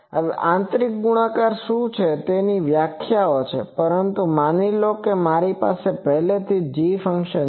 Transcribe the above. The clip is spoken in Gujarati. હવે આંતરિક ગુણાકાર શું છે તેની વ્યાખ્યાઓ છે પરંતુ માની લો કે મારી પાસે પહેલેથી જ g ફંક્શન છે